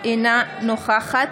אינה נוכחת